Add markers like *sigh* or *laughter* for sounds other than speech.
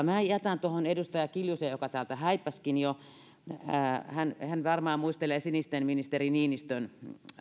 *unintelligible* minä jätän tämän tuohon edustaja kiljuseen joka täältä häippäisikin jo hän varmaan muistelee sinisten ministeri niinistön